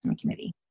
committee